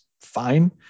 fine